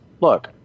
look